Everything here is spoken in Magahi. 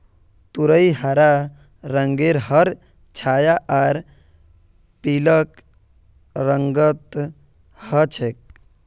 तुरई हरा रंगेर हर छाया आर पीलक रंगत ह छेक